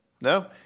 no